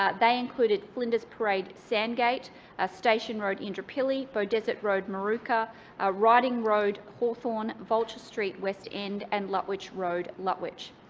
ah they included flinders parade, sandgate ah station road, indooroopilly beaudesert road, moorooka ah riding road, hawthorne vulture street, west end and lutwyche road, lutwyche.